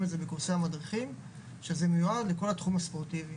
אותם מקורסי המדריכים שזה מיועד לכל התחום הספורטיבי.